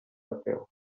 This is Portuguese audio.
papel